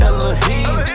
Elohim